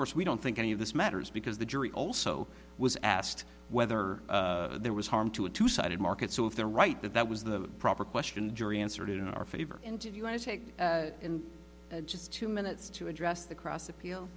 course we don't think any of this matters because the jury also was asked whether there was harm to a two sided market so if they're right that that was the proper question the jury answered in our favor and did you want to take just two minutes to address the cross appeal